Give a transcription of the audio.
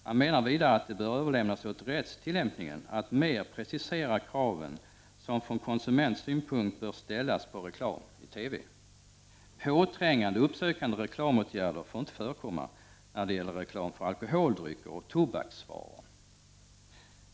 Han menar vidare att det bör överlämnas åt rättstillämpningen att mer precisera kraven som från konsumentsynpunkt bör ställas på reklam i TV. Påträngande och uppsökande reklamåtgärder får inte förekomma när det gäller reklam för alkoholdrycker och tobaksvaror.